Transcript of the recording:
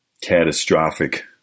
catastrophic